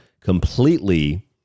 completely